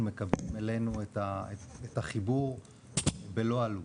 מקבלים אלינו את החיבור ללא עלות,